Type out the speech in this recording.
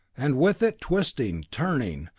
and with it, twisting, turning,